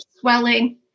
swelling